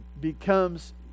becomes